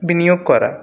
বিনিয়োগ করা